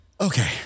Okay